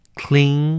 clean